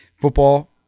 Football